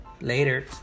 Later